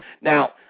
Now